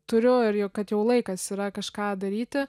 turiu ir jog jau laikas yra kažką daryti